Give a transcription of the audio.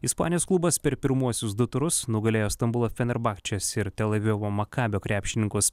ispanijos klubas per pirmuosius du turus nugalėjo stambulo fenerbachčes ir tel avivo makabio krepšininkus